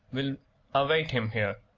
will await him here